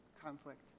conflict